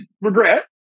regret